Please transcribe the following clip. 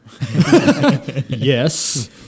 yes